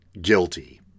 guilty